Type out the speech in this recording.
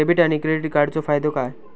Debit आणि credit कार्डचो फायदो काय?